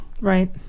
Right